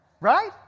Right